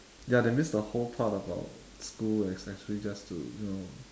ya they miss the whole part about school is actually just to you know